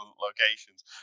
locations